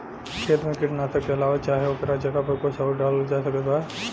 खेत मे कीटनाशक के अलावे चाहे ओकरा जगह पर कुछ आउर डालल जा सकत बा?